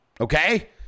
okay